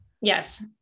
Yes